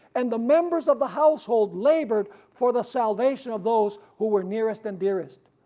and the members of the household labored for the salvation of those who were nearest and dearest.